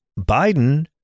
Biden